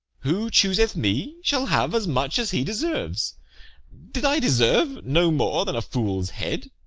who chooseth me shall have as much as he deserves did i deserve no more than a fool's head?